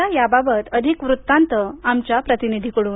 या याबाबत अधिक वृत्तांत आमच्या प्रतिनिधीकडून